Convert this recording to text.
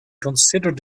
considered